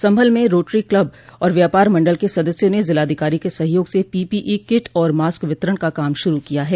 संभल में rotary club और व्यापार मंडल के सदस्यों ने जिलाधिकारी के सहयोग से पीपीई किट और मास्क वितरण का काम शुरू किया है